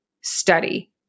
study